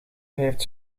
heeft